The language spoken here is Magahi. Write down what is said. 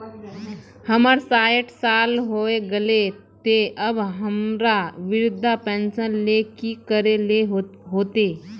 हमर सायट साल होय गले ते अब हमरा वृद्धा पेंशन ले की करे ले होते?